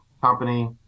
company